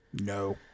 No